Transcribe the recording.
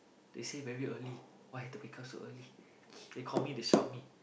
they said very early why have to wake up so early they called me they shout me